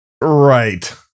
Right